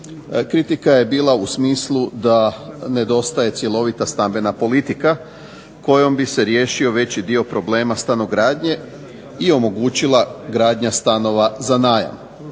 Kritika je bila u smislu da nedostaje cjelovita stambena politika kojom bi se riješio veći dio problema stanogradnje i omogućila gradnja stanova za najam.